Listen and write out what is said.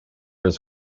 his